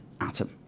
atom